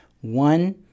one